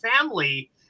family